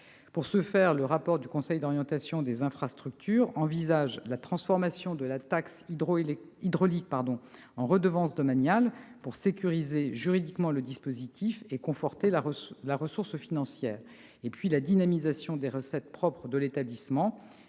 Pour ce faire, le rapport du Conseil d'orientation des infrastructures envisage la transformation de la taxe hydraulique en une redevance domaniale, afin de sécuriser juridiquement le dispositif et de conforter la ressource financière, ainsi que la dynamisation des recettes propres de l'établissement